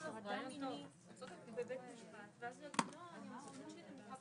הישיבה ננעלה